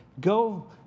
Go